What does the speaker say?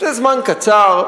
זה זמן קצר,